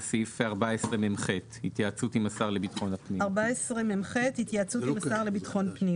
סעיף 14מח. 14מח.התייעצות עם השר לביטחון פנים